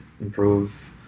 improve